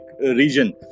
region